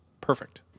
perfect